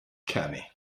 kenny